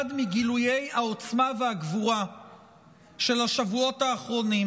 מגילויי העוצמה והגבורה של השבועות האחרונים